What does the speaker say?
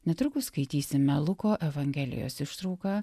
netrukus skaitysime luko evangelijos ištrauką